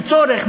של צורך,